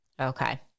Okay